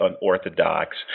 unorthodox